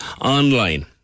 online